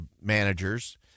managers